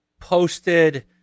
posted